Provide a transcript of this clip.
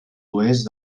oest